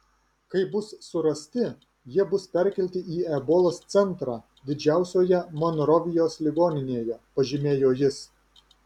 kai bus surasti jie bus perkelti į ebolos centrą didžiausioje monrovijos ligoninėje pažymėjo jis